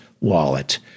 wallet